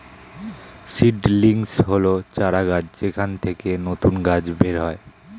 seedlings হল চারাগাছ যেখান থেকে নতুন গাছ বের হয়